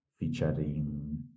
featuring